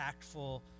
impactful